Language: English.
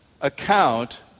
account